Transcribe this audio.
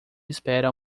espera